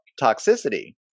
toxicity